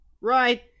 Right